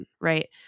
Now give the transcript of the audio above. right